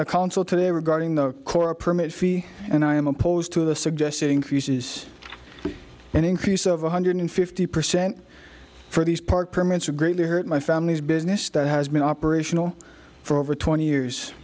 the consul today regarding the corps a permit fee and i am opposed to the suggested increases an increase of one hundred fifty percent for these park permits are greatly hurt my family's business that has been operational for over twenty years